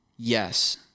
Yes